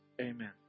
Amen